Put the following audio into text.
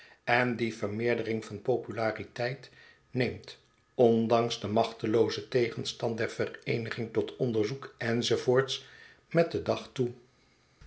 en die vermeerdering van populariteit neemt ondanks den machteloozen tegenstand der vereeniging tot onderzoek enz met den dag toe